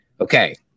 okay